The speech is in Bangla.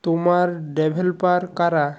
তোমার ডেভেলপার কারা